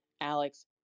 Alex